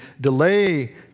delay